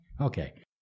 Okay